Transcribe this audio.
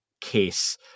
case